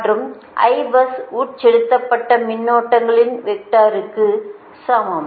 மற்றும் Ibus உட்செலுத்தப்பட்ட மின்னோட்ங்களின் வெக்டருக்கு சமம்